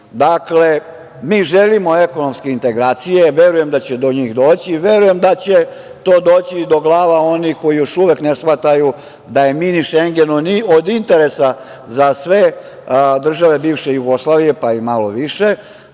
mi želimo ekonomske integracije, verujem da će do njih doći. Verujem da će to doći i do glava onih koji još uvek ne shvataju da je „mini Šengen“ od interesa za sve države bivše Jugoslavije, pa i malo više,